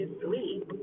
sleep